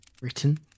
written